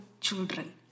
children